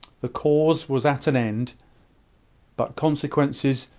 the cause was at an end but consequences,